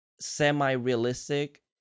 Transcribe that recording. semi-realistic